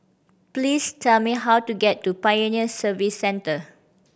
please tell me how to get to Pioneer Service Centre